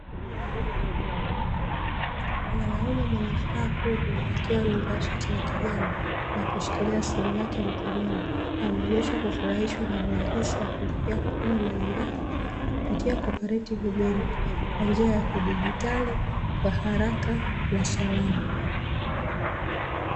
Mwanaume mwenye furaha kubwa akiwa amevaa shati la kijani na kushikilia simu yake mkononi, ameonyesha kufurahishwa na urahisi wa kulipia huduma mbalimbali kupitia 'COPERATIVE BANK", kwa njia ya kidigitali kwa haraka na salama.